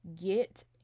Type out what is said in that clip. Get